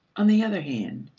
on the other hand,